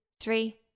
three